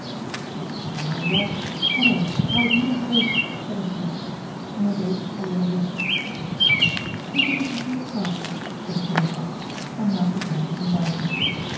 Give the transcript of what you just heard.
dat is toch een harde zaak want hij is een getrouw dienaar geweest zei de schim en hij deed alsof hij zuchtte je bezit een edel karakter zei de koningsdochter en maakte voor hem een buiging